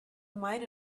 might